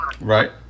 Right